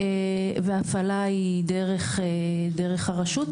והפעלה היא דרך הרשות.